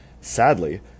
Sadly